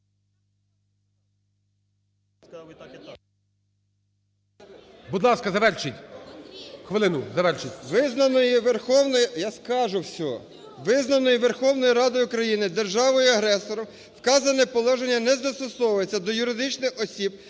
…визнаною Верховною Радою України державою-агресором, вказане положення не застосовується до юридичних осіб,